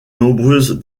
nombreuses